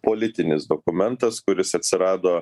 politinis dokumentas kuris atsirado